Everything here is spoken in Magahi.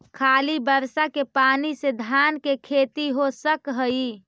खाली बर्षा के पानी से धान के खेती हो सक हइ?